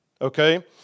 Okay